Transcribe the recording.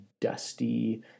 dusty